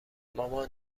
مامان